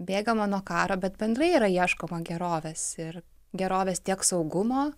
bėgama nuo karo bet bendrai yra ieškoma gerovės ir gerovės tiek saugumo